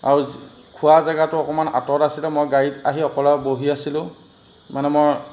আৰু খোৱা জেগাটো অকণমান আঁতৰত আছিলে মই গাড়ীত আহি অকলে বহি আছিলোঁ মানে মই